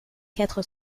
quatre